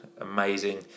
amazing